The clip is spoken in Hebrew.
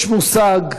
יש מושג חמקמק,